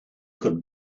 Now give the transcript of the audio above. could